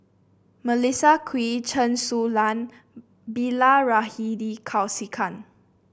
Melissa Kwee Chen Su Lan Bilahari Kausikan